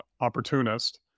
opportunist